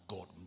God